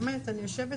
באמת, אני יושבת